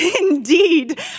Indeed